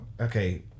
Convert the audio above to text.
Okay